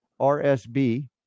RSB